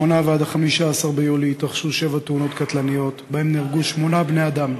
מ-8 עד 15 ביולי התרחשו שבע תאונות קטלניות ונהרגו בהן שמונה בני-אדם.